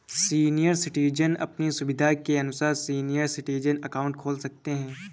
senior citizen अपनी सुविधा के अनुसार सीनियर सिटीजन अकाउंट खोल सकते है